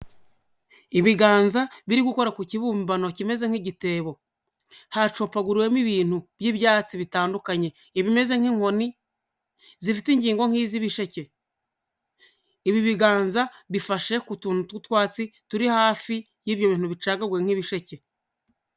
Ibiganza biri gukora ku kibumbano kimeze nk'igitebo, hacopaguriwemo ibintu by'ibyatsi bitandukanye, ibimeze nk'inkoni zifite ingingo nk'iz'ibisheke, ibi biganza bifashe ku tuntu tw'utwatsi turi hafi y'ibyo bintu bicagaguye nk'ibisheke.